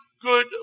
good